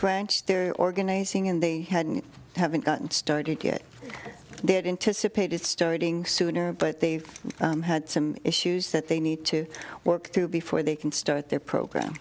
french there organizing and they hadn't haven't gotten started yet their interests are paid starting sooner but they've had some issues that they need to work through before they can start their program